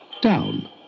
down